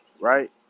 right